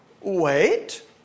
wait